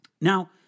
Now